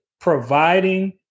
providing